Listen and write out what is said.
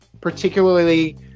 particularly